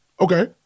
Okay